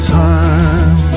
time